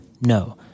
No